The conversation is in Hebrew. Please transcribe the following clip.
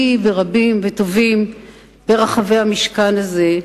אני ורבים וטובים ברחבי המשכן הזה,